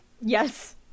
Yes